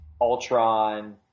Ultron